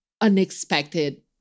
unexpected